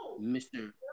Mr